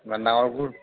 ইমান ডাঙৰ